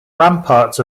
ramparts